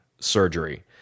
surgery